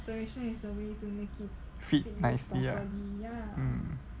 fit nicely ah mm